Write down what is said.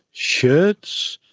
shirts,